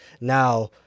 now